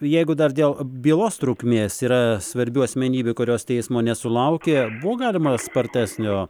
jeigu dar dėl bylos trukmės yra svarbių asmenybių kurios teismo nesulaukė buvo galima spartesnio